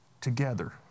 together